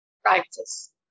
practice